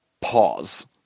Pause